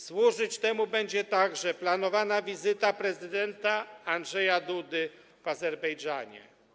Służyć temu będzie także planowana wizyta prezydenta Andrzeja Dudy w Azerbejdżanie.